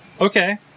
Okay